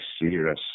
serious